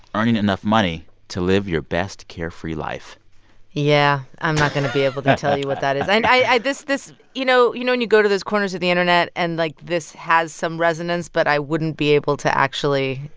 earning enough money to live your best carefree life yeah. i'm not going to be able to tell you what that is. and i this this you know you know when you go to those corners of the internet and, like, this has some resonance? but i wouldn't be able to actually,